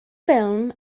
ffilm